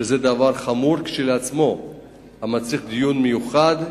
שזה דבר חמור כשלעצמו המצריך דיון מיוחד,